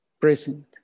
present